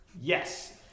Yes